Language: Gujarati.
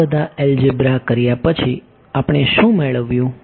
તો આ બધા એલ્જેબ્રા કર્યા પછી આપણે શું મેળવ્યું